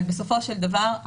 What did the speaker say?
אבל בסופו של דבר,